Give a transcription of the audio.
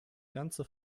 ganze